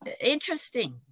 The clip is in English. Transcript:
interesting